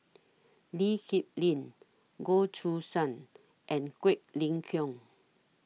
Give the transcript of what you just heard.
Lee Kip Lin Goh Choo San and Quek Ling Kiong